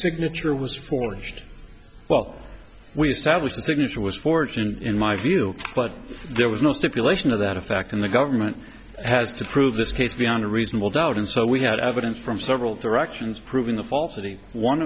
signature was forged well we established the signature was fortunate in my view but there was no stipulation of that in fact in the government has to prove this case beyond a reasonable doubt and so we had evidence from several directions proving the falsity one